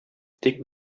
тик